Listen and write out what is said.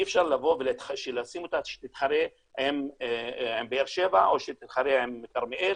אי אפשר לבוא ולשים אותה שתתחרה עם באר שבע או שתתחרה עם כרמיאל,